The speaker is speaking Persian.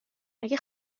اگه